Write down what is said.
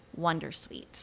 wondersuite